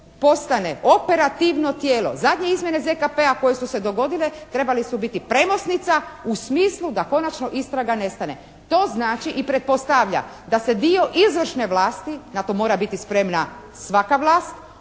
postane operativno tijelo. Zadnje izmjene ZKP-a koje su se dogodile trebali su biti premosnica u smislu da konačno istraga nestane. To znači i pretpostavlja da se dio izvršne vlasti, na to mora biti spremna svaka vlast,